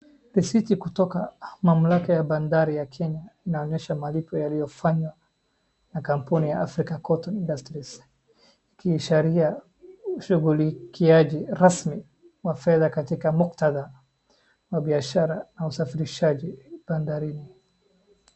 Risiti kutoka mamlaka ya bandari ya Kenya, inaonyesha malipo yaliyofanywa na kampuni ya African Cotton Industries, ikiashiria ushughulikiaji rasmi wa fedha katika muktadha wa biashara na usafirishaji bandarini.